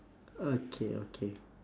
okay okay